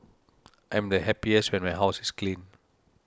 I'm happiest when my house is clean